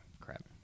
Crap